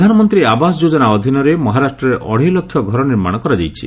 ପ୍ରଧାନମନ୍ତ୍ରୀ ଆବାସ ଯୋଜନା ଅଧୀନରେ ମହାରାଷ୍ଟ୍ରରେ ଅଢ଼େଇ ଲକ୍ଷ ଘର ନିର୍ମାଣ କରାଯାଇଛି